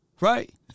right